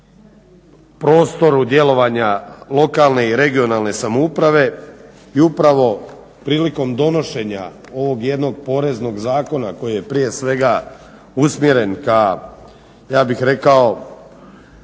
prostoru djelovanja lokalne i regionalne samouprave i upravo prilikom donošenja ovog jednog Poreznog zakona koji je prije svega usmjeren ka, ja bih rekao